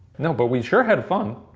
no, but we sure had fun.